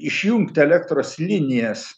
išjungti elektros linijas